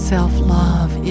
Self-love